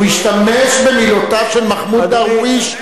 הוא השתמש במילותיו של מחמוד דרוויש,